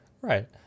Right